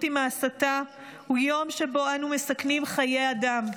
עם ההסתה הוא יום שבו אנו מסכנים חיי אדם.